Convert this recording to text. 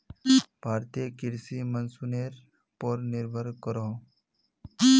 भारतीय कृषि मोंसूनेर पोर निर्भर करोहो